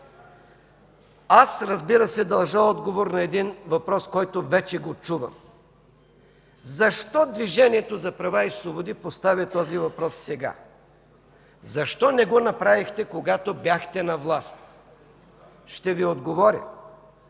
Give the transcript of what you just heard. от ГЕРБ.) Дължа отговор на един въпрос, който вече го чувам: защо Движението за права и свободи поставя този въпрос сега? Защо не го направихте, когато бяхте на власт? Ще Ви отговоря.